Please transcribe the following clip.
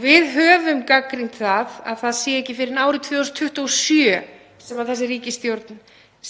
Við höfum gagnrýnt að það sé ekki fyrr en árið 2027 sem þessi ríkisstjórn